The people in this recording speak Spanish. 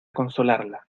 consolarla